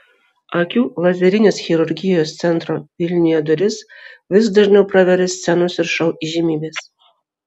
akių lazerinės chirurgijos centro vilniuje duris vis dažniau praveria scenos ir šou įžymybės